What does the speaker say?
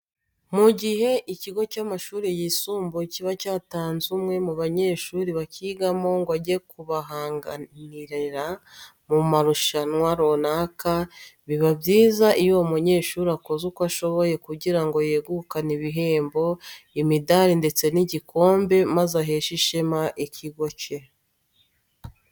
Mu gihe ikigo cy'amashuri yisumbuye kiba cyatanze umwe mu banyeshuri bakigamo ngo ajye kubahagararira mu marushanwa runaka, biba byiza iyo uwo munyeshuri akoze uko ashoboye kugira ngo yegukane ibihembo, imidari ndetse n'igikombe maze aheshe ishema ikigo cye.